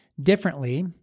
differently